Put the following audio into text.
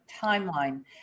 timeline